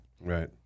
Right